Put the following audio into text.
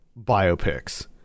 biopics